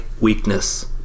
weakness